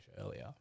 earlier